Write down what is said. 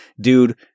dude